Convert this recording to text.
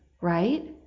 right